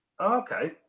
Okay